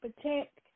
protect